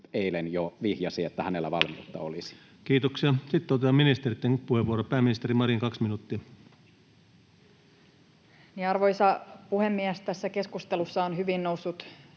koputtaa] että hänellä valmiutta olisi? Kiitoksia. — Sitten otetaan ministereitten puheenvuorot. — Pääministeri Marin, kaksi minuuttia. Arvoisa puhemies! Tässä keskustelussa on hyvin noussut